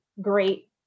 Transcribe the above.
great